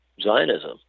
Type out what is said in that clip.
Zionism